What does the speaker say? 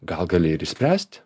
gal gali ir išspręst